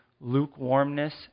lukewarmness